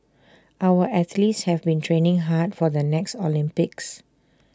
our athletes have been training hard for the next Olympics